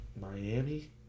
Miami